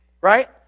right